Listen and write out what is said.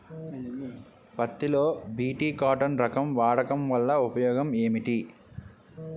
పత్తి లో BT cotton రకం వాడకం వల్ల ఉపయోగం ఏమిటి?